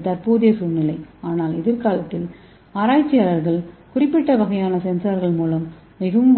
இது தற்போதைய சூழ்நிலை ஆனால் எதிர்காலத்தில் ஆராய்ச்சியாளர்கள் குறிப்பிட்ட வகையான சென்சார்கள் மூலம் மிகவும்